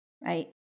right